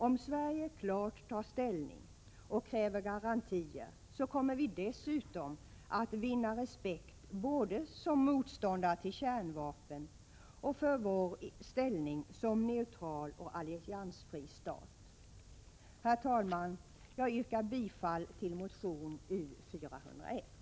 Om Sverige klart tar ställning och kräver garantier, kommer Sverige dessutom att vinna respekt både som motståndare till kärnvapen och för Sveriges ställning som neutral och alliansfri stat. Herr talman! Jag yrkar bifall till motion U401.